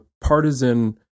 partisan